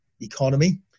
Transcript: economy